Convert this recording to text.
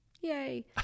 Yay